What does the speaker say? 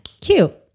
cute